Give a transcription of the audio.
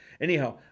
Anyhow